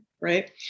right